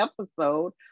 episode